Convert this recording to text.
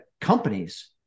companies